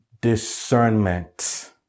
discernment